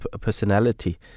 personality